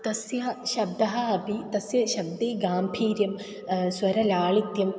तस्य शब्दः अपि तस्य शब्दे गाम्भीर्यं स्वरलालित्यम्